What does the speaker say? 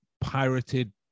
pirated